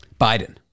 Biden